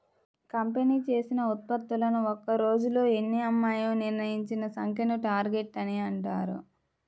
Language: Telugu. కంపెనీ చేసిన ఉత్పత్తులను ఒక్క రోజులో ఎన్ని అమ్మాలో నిర్ణయించిన సంఖ్యను టార్గెట్ అని అంటారు